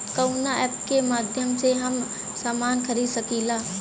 कवना ऐपके माध्यम से हम समान खरीद सकीला?